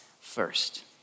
first